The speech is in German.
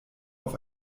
auf